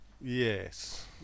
Yes